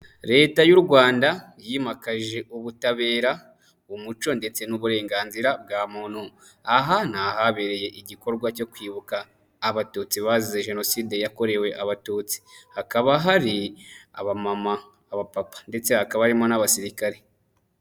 Leta y'u Rwanda yimakaje ubutabera, umuco ndetse n'uburenganzira bwa muntu, aha ni ahabereye igikorwa cyo kwibuka Abatutsi bazize Jenoside yakorewe Abatutsi, hakaba hari abamama, abapapa ndetse hakaba harimo n'abasirikare.